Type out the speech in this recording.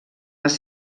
les